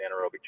anaerobic